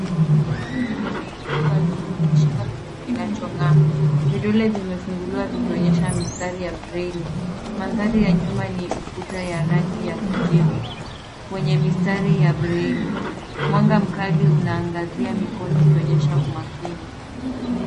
Mikono miwili imeinuliwa juu ikishika kitu kinachong'aa. Vidole vimefunguliwa vikionyesha mistari ya breli. Mandhari ya nyuma ni ukuta ya rangi ya kijivu, wenye mistari ya breli. Mwanga mkali unaangazia mikono ukionyesha umakini.